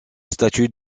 statue